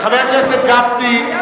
חבר הכנסת גפני,